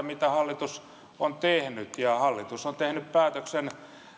mitä hallitus on tehnyt ja hallitus on tehnyt päätöksen